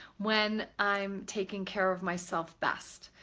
when i'm taking care of myself best.